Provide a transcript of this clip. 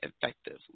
effective